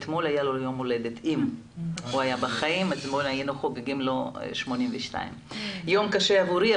אם הוא היה בחיים אתמול היינו חוגגים לו 82. יום קשה עבורי,